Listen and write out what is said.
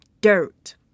dirt